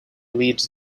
leads